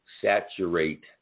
saturate